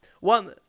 One